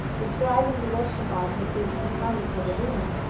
describing the works of art with which the palace was adorned,